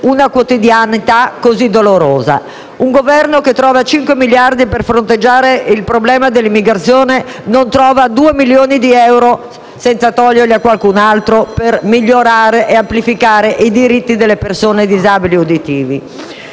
una quotidianità così dolorosa. Un Governo che trova cinque miliardi per fronteggiare il problema dell'immigrazione, non trova due milioni di euro, senza togliergli a qualcun'altro, per migliorare ed ampliare i diritti delle persone disabili uditivi.